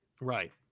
right